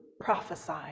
prophesy